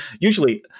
usually